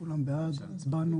הצבענו